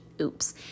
Oops